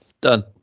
done